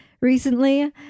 recently